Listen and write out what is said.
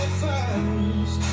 first